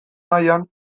nahian